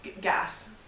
gas